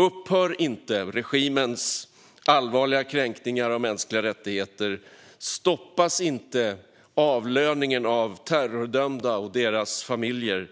Upphör inte regimens allvarliga kränkningar av mänskliga rättigheter och stoppas inte avlöningen av terrordömda och deras familjer